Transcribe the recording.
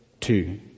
Two